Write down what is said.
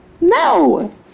No